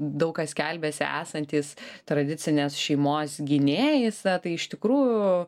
daug kas skelbiasi esantys tradicinės šeimos gynėjais tai iš tikrųjų